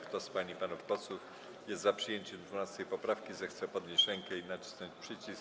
Kto z pań i panów posłów jest za przyjęciem 12. poprawki, zechce podnieść rękę i nacisnąć przycisk.